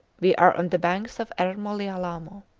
we are on the banks of r. molilamo.